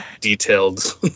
detailed